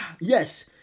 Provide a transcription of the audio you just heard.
Yes